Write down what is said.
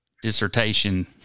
dissertation